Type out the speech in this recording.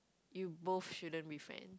you both shouldn't be friend